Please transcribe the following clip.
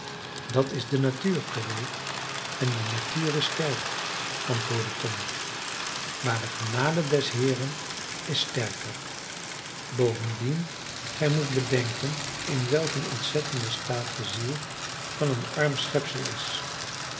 dat is de natuur chloe en de natuur is sterk antwoordde tom maar de genade des heeren is sterker bovendien gij moest bedenken in welk een ontzettenden staat de ziel van een arm schepsel is